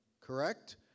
Correct